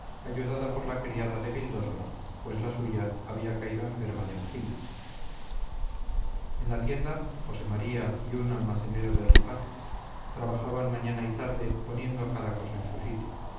ayudada por la criada de vildósola pues la suya había caído enferma de anginas en la tienda josé maría y un almacenero de ripa trabajaban mañana y tarde poniendo cada cosa en su sitio